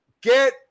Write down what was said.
Get